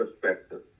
perspective